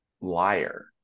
liar